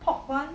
好吧